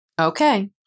Okay